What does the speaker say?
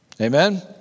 Amen